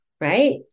Right